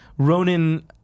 Ronan